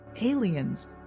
aliens